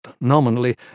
nominally